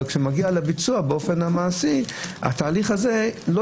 אבל כשזה מגיע לביצוע באופן המעשי התהליך הזה לא